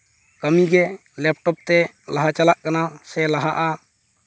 ᱠᱟᱹᱢᱤᱜᱮ ᱞᱮᱯᱴᱚᱯ ᱛᱮ ᱞᱟᱦᱟ ᱪᱟᱞᱟᱜ ᱠᱟᱱᱟ ᱥᱮ ᱞᱟᱦᱟᱜᱼᱟ